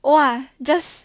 !wah! just